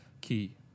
key